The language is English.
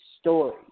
story